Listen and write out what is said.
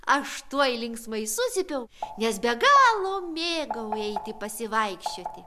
aš tuoj linksmai sucypiau nes be galo mėgau eiti pasivaikščioti